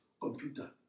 computer